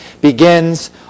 begins